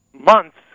months